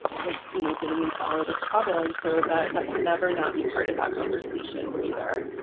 was you know getting into all of this trouble and so that that can never not be part of that conversation either.